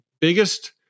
biggest